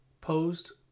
Posed